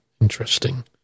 Interesting